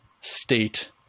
state